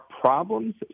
problems